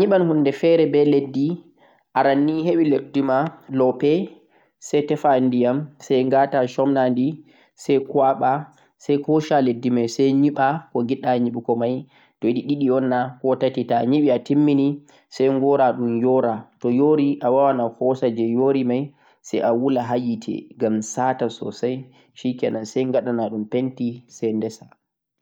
Ta'a nyeeɓan hunde fere be lope, arannii hebu lope ma sai nyeeɓa no hanii koh no giɗɗa nyeeɓuko mai sai ngoràun ha nannge yora, sai nguladun ha yite don sata sosai saibo pentaɗun